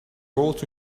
world